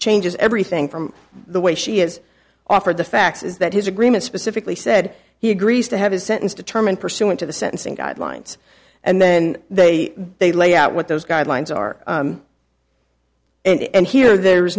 changes everything from the way she is offered the facts is that his agreement specifically said he agrees to have his sentence determine pursuant to the sentencing guidelines and then they they lay out what those guidelines are and here there